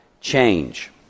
change